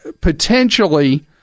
potentially